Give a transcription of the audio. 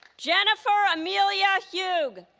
jennifer emilia hugg